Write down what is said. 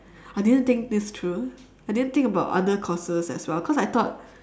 I didn't think this through I didn't think about other courses as well because I thought